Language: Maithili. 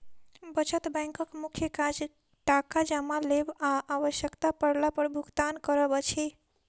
बचत बैंकक मुख्य काज टाका जमा लेब आ आवश्यता पड़ला पर भुगतान करब अछि